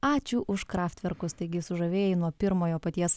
ačiū už kraftverkus taigi sužavėjai nuo pirmojo paties